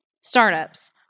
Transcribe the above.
startups